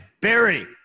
Barry